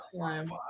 time